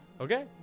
Okay